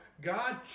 God